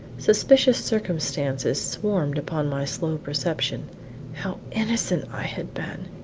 suspicious circumstances swarmed upon my slow perception how innocent i had been!